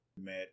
Met